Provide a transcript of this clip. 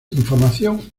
información